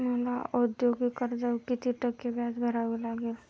मला औद्योगिक कर्जावर किती टक्के व्याज भरावे लागेल?